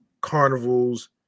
carnivals